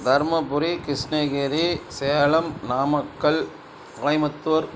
Dharmapuri Krishnagiri Salem Namakkal கோமுபத்தூர்